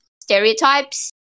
stereotypes